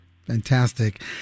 Fantastic